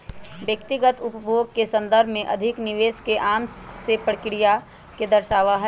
व्यक्तिगत उपभोग के संदर्भ में अधिक निवेश एक आम से क्रिया के दर्शावा हई